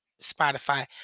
Spotify